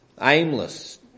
aimless